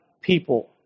people